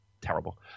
Terrible